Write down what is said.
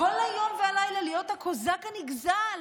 כל היום והלילה להיות הקוזק הנגזל,